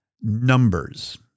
Numbers